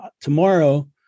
tomorrow